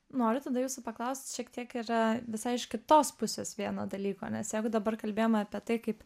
noriu tada jūsų paklaust šiek tiek yra visai iš kitos pusės vieno dalyko nes jeigu dabar kalbėjom apie tai kaip